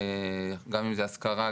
גם אם זה השכרה,